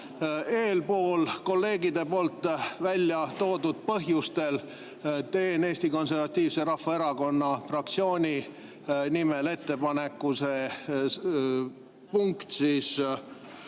Eespool kolleegide poolt välja toodud põhjustel teen Eesti Konservatiivse Rahvaerakonna fraktsiooni nimel ettepaneku see punkt,